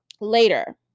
later